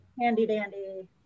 handy-dandy